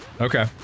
Okay